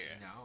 No